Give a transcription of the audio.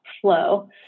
flow